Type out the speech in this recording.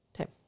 okay